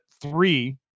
three